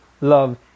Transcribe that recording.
love